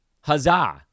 Huzzah